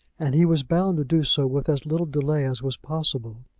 and he was bound to do so with as little delay as was possible.